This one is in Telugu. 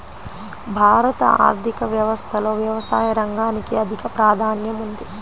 భారత ఆర్థిక వ్యవస్థలో వ్యవసాయ రంగానికి అధిక ప్రాధాన్యం ఉంది